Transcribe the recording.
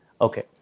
Okay